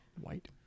White